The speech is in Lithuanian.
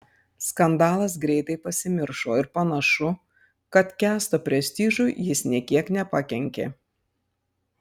skandalas greitai pasimiršo ir panašu kad kęsto prestižui jis nė kiek nepakenkė